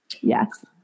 Yes